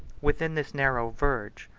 within this narrow verge,